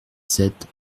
sept